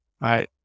right